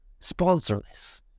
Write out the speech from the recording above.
Sponsorless